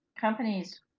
companies